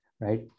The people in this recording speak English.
right